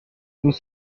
nous